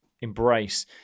embrace